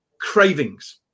cravings